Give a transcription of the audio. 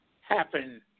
happen